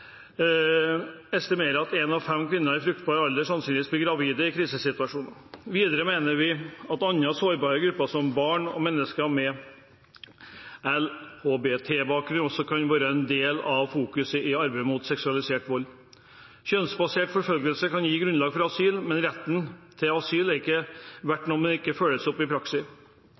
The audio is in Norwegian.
estimerer at én av fem kvinner i fruktbar alder sannsynligvis blir gravid i krisesituasjoner. Videre mener vi at andre sårbare grupper, som barn og mennesker med LHBT-bakgrunn, også må være en del av fokuset i arbeidet mot seksualisert vold. Kjønnsbasert forfølgelse kan gi grunnlag for asyl, men retten til asyl er ikke verdt noe om det ikke følges opp i praksis.